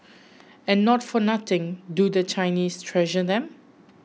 and not for nothing do the Chinese treasure them